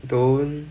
don't